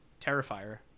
terrifier